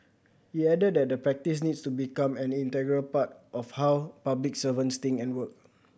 he added that the practice needs to become an integral part of how public servants think and work